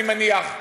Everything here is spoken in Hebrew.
אני מניח.